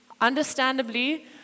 understandably